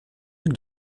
ducs